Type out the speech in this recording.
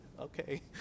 okay